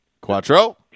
Quattro